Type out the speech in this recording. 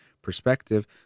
Perspective